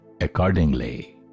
accordingly